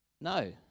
No